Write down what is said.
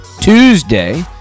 Tuesday